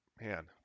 man